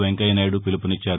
వెంకయ్యనాయుడు పిలుపునిచ్చారు